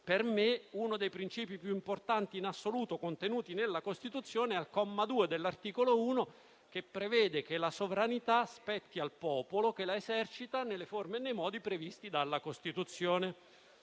per me, uno dei principi più importanti in assoluto contenuti nella Costituzione, al secondo comma dell'articolo 1, è quello che prevede che la sovranità spetti al popolo, che la esercita nelle forme e nei modi previsti dalla Costituzione.